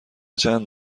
چند